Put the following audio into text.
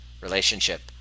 relationship